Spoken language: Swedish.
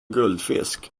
guldfisk